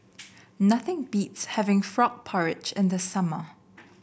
nothing beats having Frog Porridge in the summer